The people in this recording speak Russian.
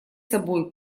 собой